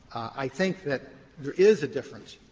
i think that there is a difference.